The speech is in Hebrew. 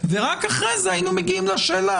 ורק אחרי זה היינו מגיעים לשאלה,